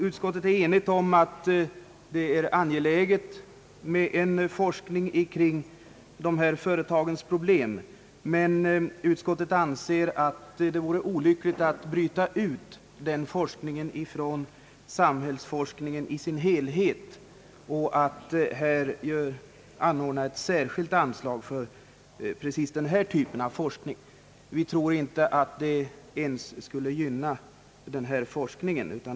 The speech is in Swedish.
Utskottet är enigt om att det är angeläget med en forskning kring de mindre företagens problem, men utskottet anser att det vore olyckligt att bryta ut den forskningen ur samhällsforskningen i dess helhet genom att bevilja ett särskilt anslag åt just denna typ av forskning. Vi tror inte att det ens skulle gynna forskningen i fråga.